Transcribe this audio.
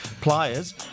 pliers